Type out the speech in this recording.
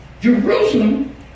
Jerusalem